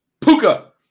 Puka